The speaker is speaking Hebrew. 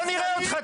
בוא נראה אותך,